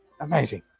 amazing